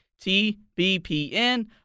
TBPN